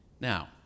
Now